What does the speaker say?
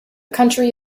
country